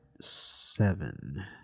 seven